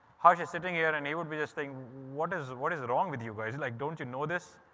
how just sitting here and he would be this thing? what is what is wrong with you guys? like, don't you know this,